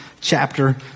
chapter